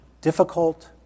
Difficult